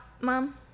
mom